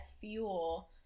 fuel